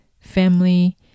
family